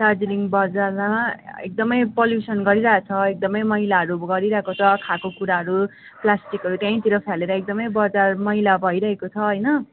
दार्जिलिङ बजारमा एकदमै पल्युसन गरिरहेको छ एकदमै मैलाहरू गरिरहेको छ खाएको कुराहरू प्लास्टिकहरू त्यहीतिर फालेर एकदमै बजार मैला भइरहेको छ होइन